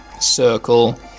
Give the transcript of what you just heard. circle